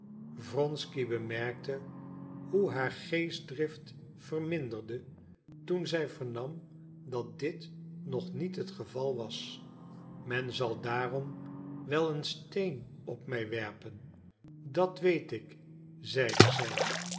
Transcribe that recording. wronsky bemerkte hoe haar geestdrift verminderde toen zij vernam dat dit nog niet het geval was men zal daarom wel een steen op mij werpen dat weet ik zeide zij